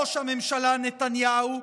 ראש הממשלה נתניהו,